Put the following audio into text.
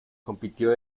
compitió